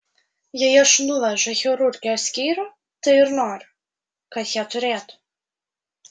jei aš nuvežu į chirurgijos skyrių tai ir noriu kad jie turėtų